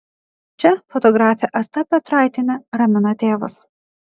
čia fotografė asta petraitienė ramina tėvus